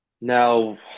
Now